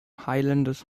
highlanders